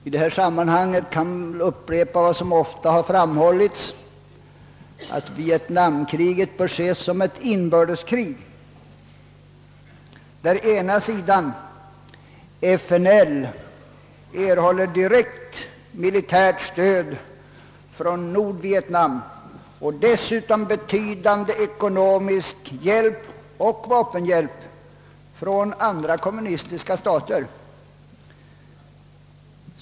I det sammanhanget kan man väl upprepa vad som ofta har framhållits, nämligen att vietnamkriget bör ses som ett inbördeskrig, där ena sidan, FNL, erhåller direkt militärt stöd från Nordvietnam och dessutom betydande ekonomisk hjälp och vapenhjälp från andra kommunistiska stater.